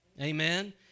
Amen